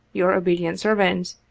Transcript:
your obedient servant,